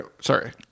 sorry